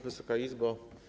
Wysoka Izbo!